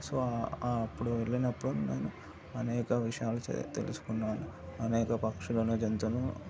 so ఆ ఆ అప్పుడు వెళ్ళినప్పుడు నేను అనేక విషయాలు తెలుసుకున్నాను అనేక పక్షులను జంతువులను